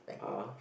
uh